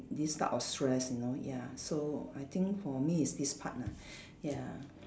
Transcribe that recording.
this type of stress you know ya so I think for me is this part lah ya